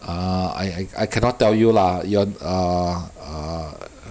uh I I I cannot tell you lah your err err